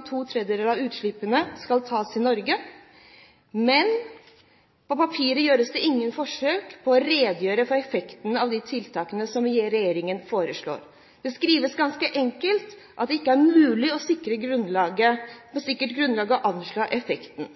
to tredjedeler av utslippene skal tas i Norge, men det gjøres ingen forsøk på å redegjøre for effekten av de tiltakene som regjeringen foreslår. Det skrives ganske enkelt: «Det er ikke mulig på sikkert grunnlag å anslå effekten».